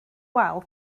wal